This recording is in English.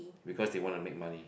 because they want to make money